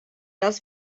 dass